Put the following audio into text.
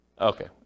Okay